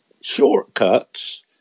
shortcuts